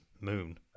Moon